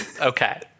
Okay